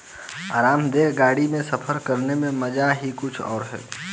आरामदेह गाड़ी में सफर करने का मजा ही कुछ और है